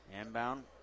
Inbound